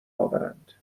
آورند